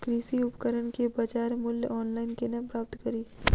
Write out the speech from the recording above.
कृषि उपकरण केँ बजार मूल्य ऑनलाइन केना प्राप्त कड़ी?